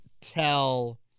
tell